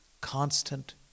constant